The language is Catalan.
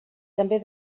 també